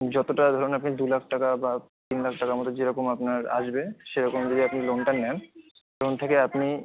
যতোটা ধরুন আপনি দু লাখ টাকা বা তিন লাখ টাকার মতো যেরকম আপনার আসবে সেরকম যদি আপনি লোনটা নেন লোন থেকে আপনি